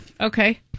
Okay